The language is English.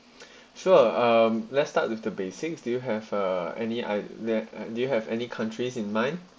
sure um let's start with the basics do you have uh any I l uh do you have any countries in mind